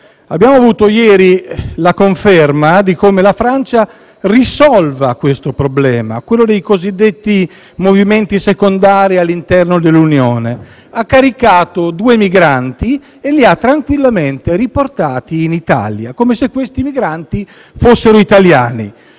Abbiamo avuto ieri la conferma di come la Francia risolva il problema dei cosiddetti movimenti secondari da fare all'interno dell'Unione: ha caricato due migranti e li ha tranquillamente riportati in Italia, come se fossero italiani,